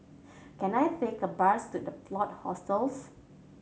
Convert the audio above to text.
can I take a bus to The Plot Hostels